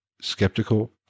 skeptical